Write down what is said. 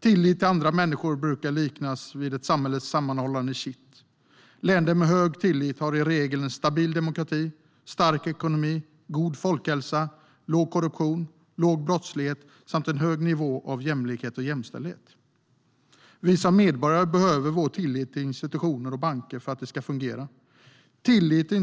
Tillit till andra människor brukar liknas vid ett sammanhållande kitt för samhället. Länder med hög tillit har i regel stabil demokrati, stark ekonomi, god folkhälsa, låg korruption, låg brottslighet samt hög nivå av jämlikhet och jämställdhet. För att detta ska fungera behöver vi som medborgare känna tillit till våra institutioner och banker,